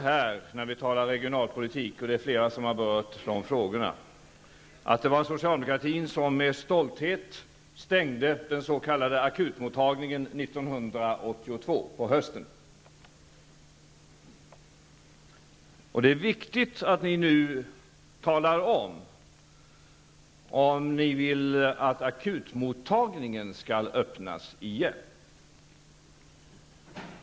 När det gäller regionalpolitik var det så -- och det är flera som har berört de frågorna -- att det var socialdemokratin som med stolthet stängde den s.k. akutmottagningen på hösten 1982. Det är viktigt att ni nu talar om ifall ni vill att akutmottagningen skall öppnas igen.